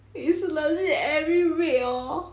is legit every week hor